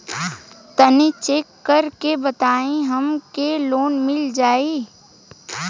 तनि चेक कर के बताई हम के लोन मिल जाई?